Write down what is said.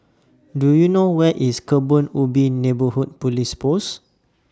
Do YOU know Where IS Kebun Ubi Neighbourhood Police Post